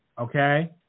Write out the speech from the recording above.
Okay